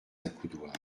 accoudoirs